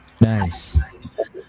Nice